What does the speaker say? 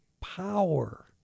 power